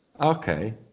Okay